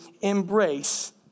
embrace